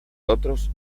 otros